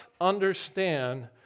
understand